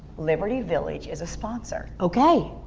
liberty village is a sponsor okay.